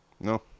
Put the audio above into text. no